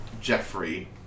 Jeffrey